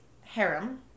harem